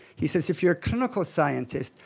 he says if you're a clinical scientist,